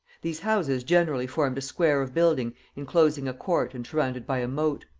these houses generally formed a square of building enclosing a court and surrounded by a moat.